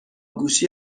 گوشی